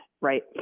right